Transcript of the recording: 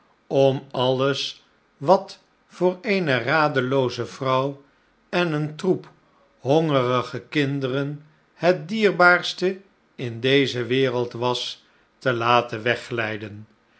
om alles wat voor eene radelooze vrouw en een troep hongerige kinderen het dierbaarste in deze wereld was te laten